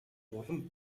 улам